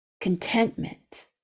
Contentment